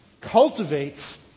cultivates